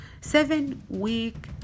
seven-week